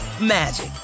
magic